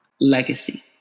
legacy